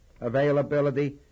availability